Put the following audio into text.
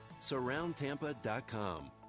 Surroundtampa.com